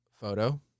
Photo